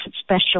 special